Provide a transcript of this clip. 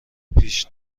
پیش